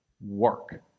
work